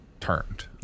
turned